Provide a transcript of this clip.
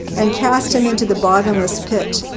and cast him into the bottomless pit,